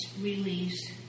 release